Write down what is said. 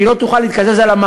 כי היא לא תוכל להתקזז על המע"מ.